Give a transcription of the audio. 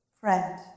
Friend